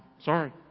sorry